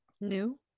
New